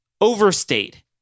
overstate